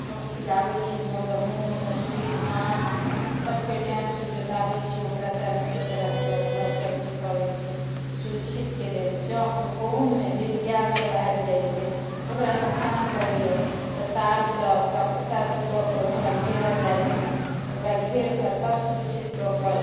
उपजाबै छी गहूम मौसरी धान सबके टाइमसँ जोताबै छी ओकरा तरहसँ तरहसँ ओकरा सबचीज करै छी सुरक्षितके लेल जँ ओहूमे नील गाइसब आबि जाइ छै ओकरा नोकसान करैए तऽ तारसँ ओकरा खुट्टासब दऽ कऽ ओकरा घेरल जाइ छै ओकरा घेरिकऽ तब सुरक्षित कऽ कऽ